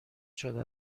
شده